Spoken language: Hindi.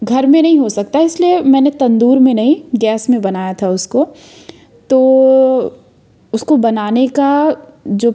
घर में नहीं हो सकता इसलिए मैंने तंदूर में नहीं गैस में बनाया था उसको तो उसको बनाने का जो